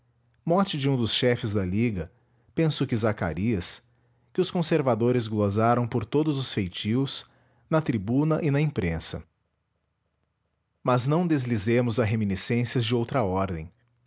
mote de um dos chefes da liga penso que zacarias que os conservadores glosaram por todos os feitios na tribuna e na imprensa mas não deslizemos a reminiscências de outra ordem